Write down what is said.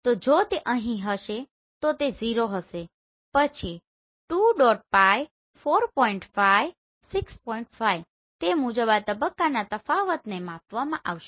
તો જો તે અહીં છે તો તે 0 હશે પછી 2⋅ 4⋅ 6⋅ તે મુજબ આ તબક્કાના તફાવતને માપવામાં આવશે